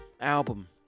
album